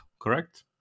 correct